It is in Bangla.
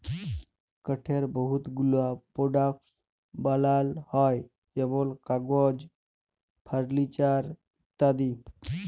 কাঠের বহুত গুলা পরডাক্টস বালাল হ্যয় যেমল কাগজ, ফারলিচার ইত্যাদি